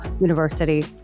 University